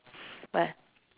where